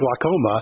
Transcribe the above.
glaucoma